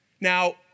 Now